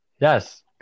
Yes